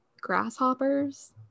grasshoppers